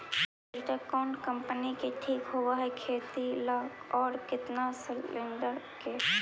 Tractor कोन company के ठीक होब है खेती ल औ केतना सलेणडर के?